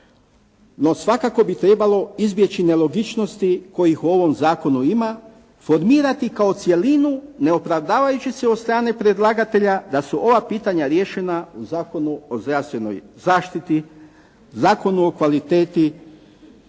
No svakako bi trebalo izbjeći nelogičnosti kojih u ovom zakonu ima, formirati kao cjelinu ne opravdavajući se od strane predlagatelja da su ova pitanja riješena u Zakonu o zdravstvenoj zaštiti, Zakonu o kvaliteti